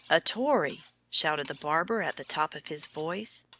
a tory! shouted the barber at the top of his voice.